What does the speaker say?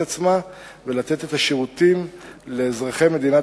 את עצמה ולתת את השירותים לאזרחי מדינת